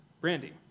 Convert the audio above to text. brandy